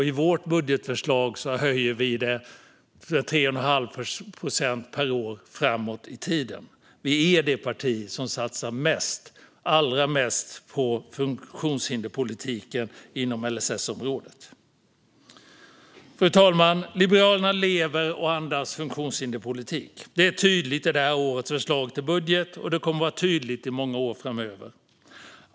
I vårt budgetförslag höjer vi den med 3,5 procent per år framåt i tiden. Vi är det parti som satsar allra mest på funktionshinderspolitiken inom LSS-området. Fru talman! Liberalerna lever och andas funktionshinderspolitik. Det är tydligt i årets förslag till budget, och det kommer att vara tydligt i många år framöver.